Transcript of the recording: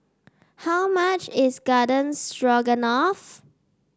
how much is Garden Stroganoff